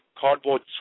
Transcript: cardboard